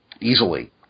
easily